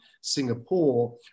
Singapore